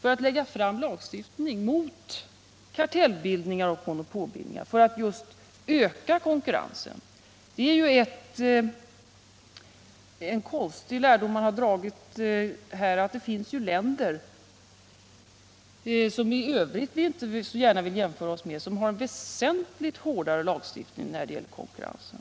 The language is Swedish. för att lägga fram lagstiftning mot kartellbildningar och monopolbildningar — för att just öka konkurrensen. Det är en konstig lärdom man har dragit här, det finns länder som vi inte i övrigt så gärna vill jämföra oss med som har en väsentligt hårdare lagstiftning när det gäller konkurrensen.